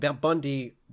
Bundy